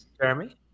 Jeremy